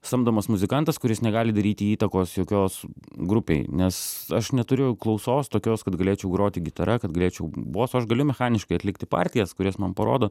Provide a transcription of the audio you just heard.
samdomas muzikantas kuris negali daryti įtakos jokios grupei nes aš neturiu klausos tokios kad galėčiau groti gitara kad greičiau bosu aš galiu mechaniškai atlikti partijas kurias man parodo